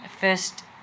first